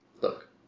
Look